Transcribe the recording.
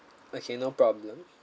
okay no problem